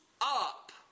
up